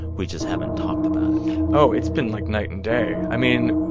we just haven't talked about it oh, it's been like night and day. i mean,